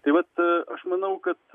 tai vat aš manau kad